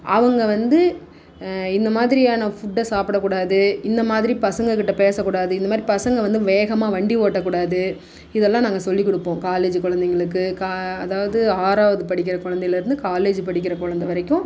அவங்க வந்து இந்த மாதிரியான ஃபுட்டை சாப்பிடக்கூடாது இந்த மாதிரி பசங்கக்கிட்டே பேசக்கூடாது இந்த மாதிரி பசங்க வந்து வேகமாக வண்டி ஓட்டக்கூடாது இதெல்லாம் நாங்கள் சொல்லிக் கொடுப்போம் காலேஜி குழந்தைங்களுக்கு கா அதாவது ஆறாவது படிக்கின்ற குழந்தையில இருந்து காலேஜி படிக்கின்ற குழந்த வரைக்கும்